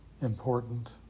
important